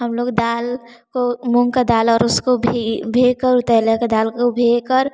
हम लोग दाल को मूंग का दाल और उसको भी भेकर दाल को भेकर